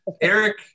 eric